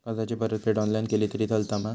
कर्जाची परतफेड ऑनलाइन केली तरी चलता मा?